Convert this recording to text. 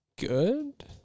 Good